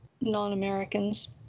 non-Americans